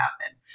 happen